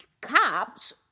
Cops